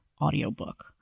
audiobook